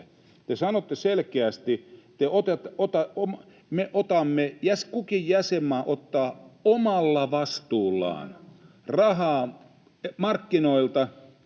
Te sanotte selkeästi, että kukin jäsenmaa ottaa omalla vastuullaan [Toimi Kankaanniemi: